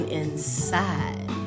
inside